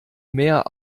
mehr